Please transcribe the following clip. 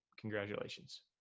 congratulations